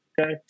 Okay